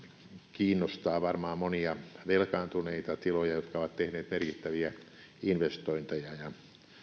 kiinnostaa varmaan monia velkaantuneita tiloja jotka ovat tehneet merkittäviä investointeja ja